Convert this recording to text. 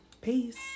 Peace